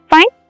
Fine